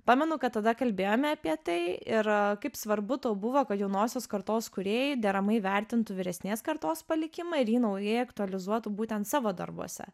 pamenu kad tada kalbėjome apie tai ir kaip svarbu tau buvo kad jaunosios kartos kūrėjai deramai įvertintų vyresnės kartos palikimą ir jį naujai aktualizuotų būtent savo darbuose